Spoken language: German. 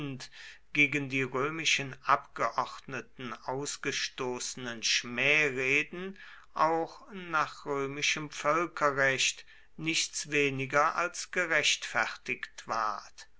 gegen die römischen abgeordneten ausgestoßenen schmähreden auch nach römischem völkerrecht nichts weniger als gerechtfertigt ward